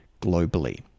globally